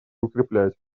укреплять